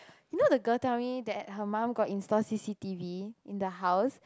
you know the girl tell me that her mum got install C_C_T_V in the house